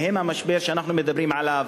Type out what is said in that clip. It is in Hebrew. ובהם המשבר שאנחנו מדברים עליו,